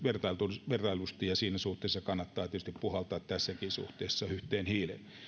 vertailtuna ja siinä suhteessa kannattaa tietysti puhaltaa tässäkin suhteessa yhteen hiileen